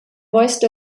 voiced